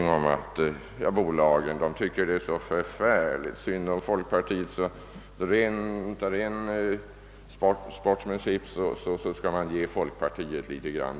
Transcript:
om att bolagen tycker att det är så förfärligt synd om folkpartiet, att man helt enkelt av sportsmanship ger också folkpartiet litet grand.